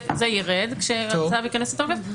זה יירד כשהצו ייכנס לתוקף.